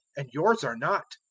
and yours are not?